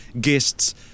guests